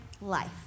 life